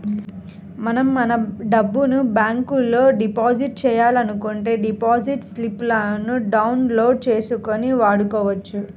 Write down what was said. మనం మన డబ్బును బ్యాంకులో డిపాజిట్ చేయాలనుకుంటే డిపాజిట్ స్లిపులను డౌన్ లోడ్ చేసుకొని వాడుకోవచ్చు